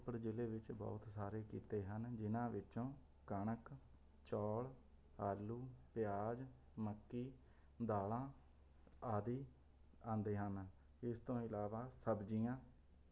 ਰੋਪੜ ਜਿਲ੍ਹੇ ਵਿੱਚ ਬਹੁਤ ਸਾਰੇ ਕਿੱਤੇ ਹਨ ਜਿਨ੍ਹਾਂ ਵਿੱਚੋਂ ਕਣਕ ਚੋਲ ਆਲੂ ਪਿਆਜ ਮੱਕੀ ਦਾਲ਼ਾਂ ਆਦਿ ਆਉਂਦੇ ਹਨ ਇਸ ਤੋਂ ਇਲਾਵਾ ਸਬਜ਼ੀਆਂ